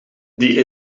die